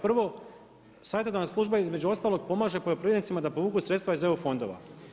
Prvo, savjetodavna služba između ostalog pomaže poljoprivrednicima da povuku sredstva iz EU fondova.